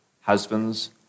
husbands